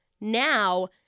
Now